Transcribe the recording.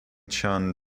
chun